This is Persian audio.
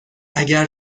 اگر